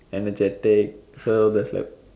energetic so there's like